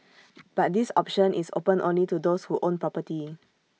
but this option is open only to those who own property